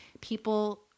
people